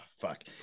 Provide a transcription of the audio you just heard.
fuck